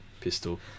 Pistol